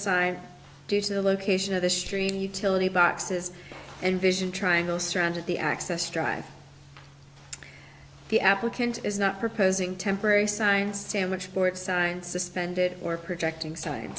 site due to the location of the stream utility boxes envision triangle stranded the access drive the applicant is not proposing temporary signs sandwich board signed suspended or protecting s